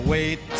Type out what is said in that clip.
Wait